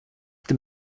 have